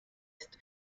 ist